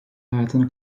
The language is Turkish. hayatını